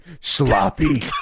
sloppy